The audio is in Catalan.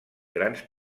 grans